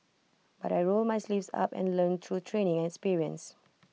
but I rolled my sleeves up and learnt through training and experience